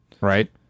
right